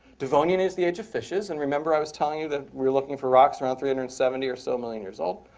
devonian is the age of fishes. and remember i was telling you that we're looking for rocks around three hundred and seventy or so million years old.